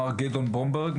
מר גדעון ברומברג,